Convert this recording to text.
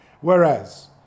Whereas